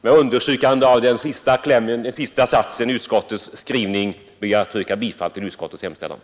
Med understrykande av den sista satsen i utskottets skrivning yrkar jag bifall till utskottets hemställan.